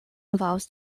involves